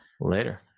Later